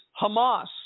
Hamas